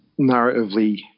narratively